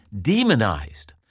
demonized